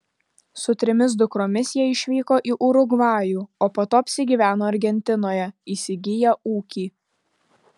su trimis dukromis jie išvyko į urugvajų o po to apsigyveno argentinoje įsigiję ūkį